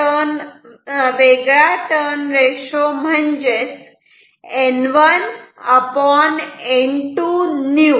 थोडा वेगळा turn ratio म्हणजेच N1N2new